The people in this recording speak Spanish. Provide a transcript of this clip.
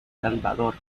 salvador